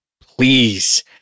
please